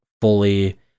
fully